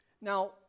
Now